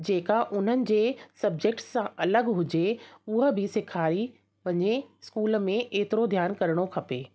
जेका उन्हनि जे सब्जेक्ट सां अलॻि हुजे हूअ बि सेखारी वञे स्कूल में एतिरो ध्यानु करिणो खपे